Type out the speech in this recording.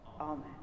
Amen